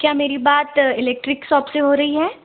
क्या मेरी बात इलेक्ट्रिक सॉप से हो रही है